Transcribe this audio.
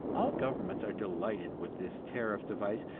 all governments are delighted with this tariff device,